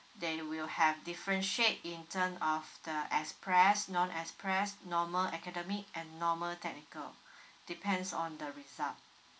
they will have differentiate in term of the express non express normal academic and normal technical depends on the result